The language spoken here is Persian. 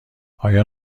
آیا